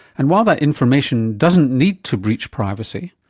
and while that information doesn't need to breach privacy,